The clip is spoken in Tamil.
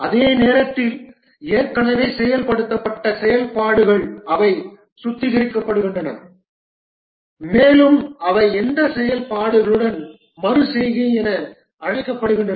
அதே நேரத்தில் ஏற்கனவே செயல்படுத்தப்பட்ட செயல்பாடுகள் அவை சுத்திகரிக்கப்படுகின்றன மேலும் அவை அந்த செயல்பாடுகளுடன் மறு செய்கை என அழைக்கப்படுகின்றன